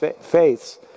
faiths